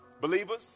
Believers